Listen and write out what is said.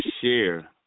share